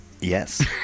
Yes